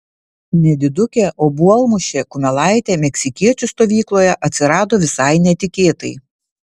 nedidukė obuolmušė kumelaitė meksikiečių stovykloje atsirado visai netikėtai